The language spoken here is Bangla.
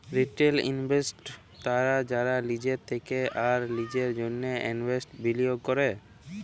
রিটেল ইনভেস্টর্স তারা যারা লিজের থেক্যে আর লিজের জন্হে এসেটস বিলিয়গ ক্যরে